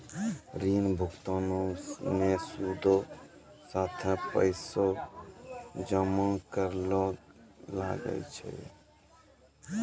ऋण भुगतानो मे सूदो साथे पैसो जमा करै ल लागै छै